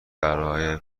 برا